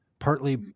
Partly